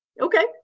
Okay